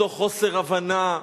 מתוך חוסר הבנה,